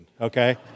okay